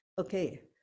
Okay